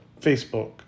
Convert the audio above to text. Facebook